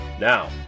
Now